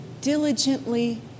diligently